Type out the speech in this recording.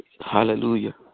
Hallelujah